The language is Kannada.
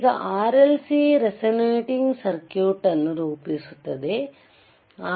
ಈಗ RLC ರೆಸೋನೇಟಿಂಗ್ ಸರ್ಕ್ಯೂಟ್ ಅನ್ನು ರೂಪಿಸುತ್ತದೆ